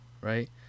right